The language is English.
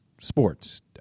sports